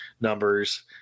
numbers